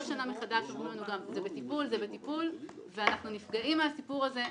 כל שנה מחדש אומרים לנו שזה בטיפול ואנחנו נפגעים מהסיפור הזה מאוד.